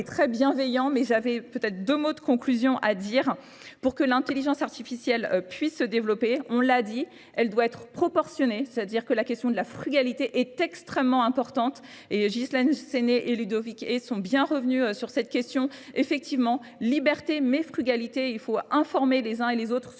très bienveillant, mais j'avais peut-être deux mots de conclusion à dire pour que l'intelligence artificielle puisse se développer. On l'a dit, elle doit être proportionnée, c'est-à-dire que la question de la frugalité est extrêmement importante, et Ghislaine Séné et Ludovic Hayes sont bien revenus sur cette question. Effectivement, liberté mais frugalité, il faut informer les uns et les autres sur